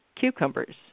cucumbers